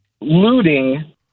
looting